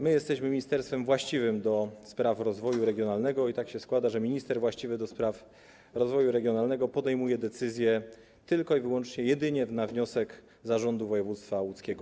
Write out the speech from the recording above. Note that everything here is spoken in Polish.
My jesteśmy ministerstwem właściwym do spraw rozwoju regionalnego i tak się składa, że minister właściwy do spraw rozwoju regionalnego podejmuje decyzję tylko i wyłącznie na wniosek Zarządu Województwa Łódzkiego.